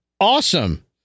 awesome